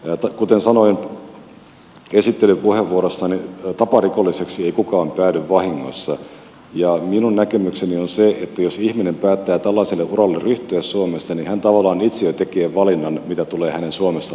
kuten sanoin esittelypuheenvuorossani taparikolliseksi ei kukaan päädy vahingossa ja minun näkemykseni on se että jos ihminen päättää tällaiselle uralle ryhtyä suomessa niin hän tavallaan itse jo tekee valinnan mitä tulee hänen suomessa oleskeluunsa